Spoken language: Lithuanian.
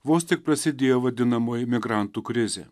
vos tik prasidėjo vadinamoji migrantų krizė